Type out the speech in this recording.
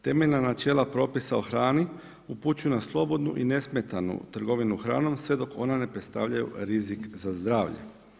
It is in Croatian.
Temeljna načela propisa o hrani upućuju na slobodnu i nesmetanu trgovinu hranom sve dok one ne predstavljaju rizik za zdravlje.